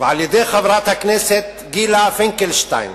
על-ידי חברת הכנסת גילה פינקלשטיין,